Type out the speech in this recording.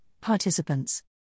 participants